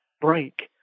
break